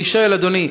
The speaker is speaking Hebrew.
אני שואל, אדוני: